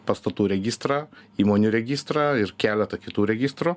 pastatų registrą įmonių registrą ir keletą kitų registrų